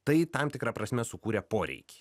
tai tam tikra prasme sukūrė poreikį